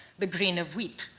the grain of wheat.